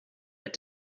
but